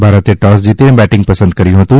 ભારતે ટોસ જીતીને બેટીંગ પસંદ કર્યું હતું